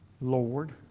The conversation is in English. Lord